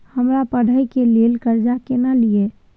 हमरा पढ़े के लेल कर्जा केना लिए?